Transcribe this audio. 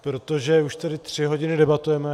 Protože už tady tři hodiny debatujeme.